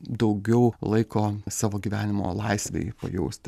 daugiau laiko savo gyvenimo laisvei pajausti